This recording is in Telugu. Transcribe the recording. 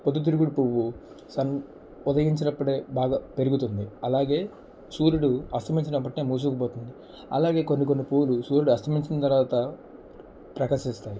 పొద్దు తిరుగుడు పువ్వు సన్ ఉదయించినప్పుడే బాగా పెరుగుతుంది అలాగే సూర్యుడు అస్తమించినప్పుడే మూసుకుపోతుంది అలాగే కొన్ని కొన్ని పువ్వులు సూర్యుడు అస్తమించిన తరువాత ప్రకాశిస్తాయి